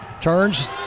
Turns